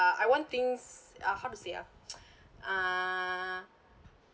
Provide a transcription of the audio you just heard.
uh I want things uh how to say ah uh